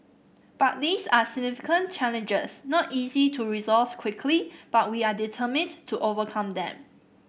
but these are significant challenges not easy to resolve quickly but we are determined to overcome them